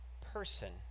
person